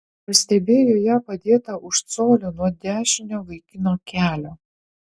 pastebėjo ją padėtą už colio nuo dešinio vaikino kelio